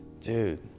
Dude